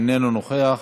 אינו נוכח,